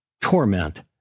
torment